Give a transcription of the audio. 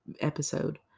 episode